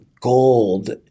gold